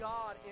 God